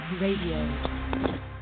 Radio